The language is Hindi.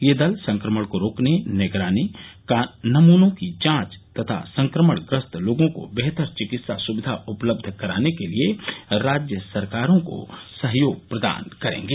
ये दल संक्रमण को रोकने निगरानी नमूनों की जांच तथा संक्रमण ग्रस्त लोगों को बेहतर चिकित्सा सुविधा उपलब्ध कराने के लिए राज्य सरकारों को सहयोग प्रदान करेंगे